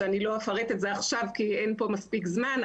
שאני לא אפרט את זה עכשיו כי אין פה מספיק זמן,